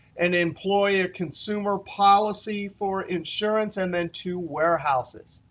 an employee ah consumer policy for insurance, and then two warehouses.